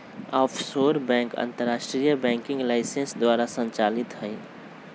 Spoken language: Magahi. आफशोर बैंक अंतरराष्ट्रीय बैंकिंग लाइसेंस द्वारा संचालित हइ